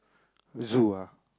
zoo ah